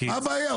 מה הבעיה?